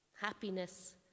Happiness